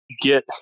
Get